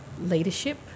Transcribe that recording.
leadership